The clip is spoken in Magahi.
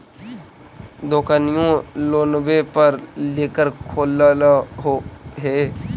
दोकनिओ लोनवे पर लेकर खोललहो हे?